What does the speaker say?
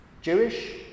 Jewish